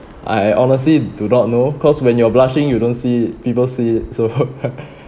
I honestly do not know cause when you're blushing you don't see it people see it so